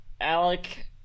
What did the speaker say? Alec